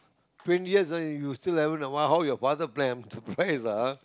twenty years you still haven't wha~ how your father plan I'm surprised lah ah